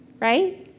Right